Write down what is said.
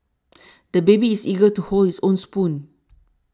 the baby is eager to hold his own spoon